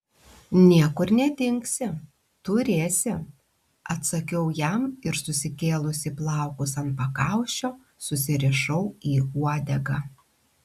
niekur nedingsi turėsi atsakiau jam ir susikėlusi plaukus ant pakaušio susirišau į uodegą